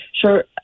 sure